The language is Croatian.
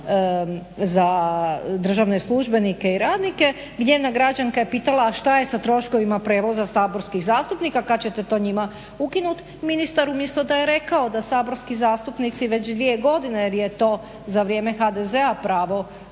za državne službenike i radnike, gdje jedna građanka je pitala a šta je sa troškovima prijevoza saborskih zastupnika, kad ćete to njima ukinuti. Ministar umjesto da je rekao da saborski zastupnici dvije godine, jer je to za vrijeme HDZ-a pravo